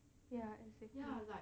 ya exactly